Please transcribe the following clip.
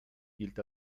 gilt